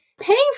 Paying